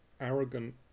arrogant